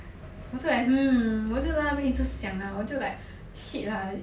that's why I hmm 我就在外面一直想 lah 我就 like shit lah